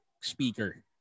speaker